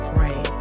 Pray